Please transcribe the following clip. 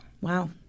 Wow